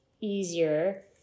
easier